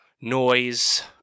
noise